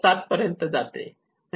7 पर्यंत जाते